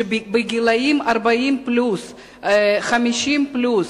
בגיל 40 פלוס ו-50 פלוס.